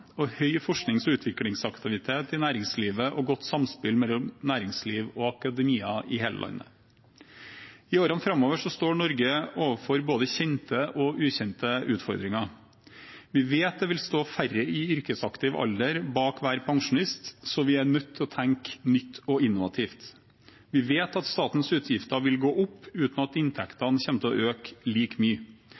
høy forsknings- og utviklingsaktivitet i næringslivet og godt samspill mellom næringsliv og akademia i hele landet. I årene framover står Norge overfor både kjente og ukjente utfordringer. Vi vet at det vil stå færre i yrkesaktiv alder bak hver pensjonist, så vi er nødt til å tenke nytt og innovativt. Vi vet at statens utgifter vil gå opp uten at inntektene kommer til å øke like mye,